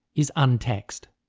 is untaxed.